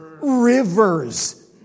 Rivers